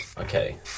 okay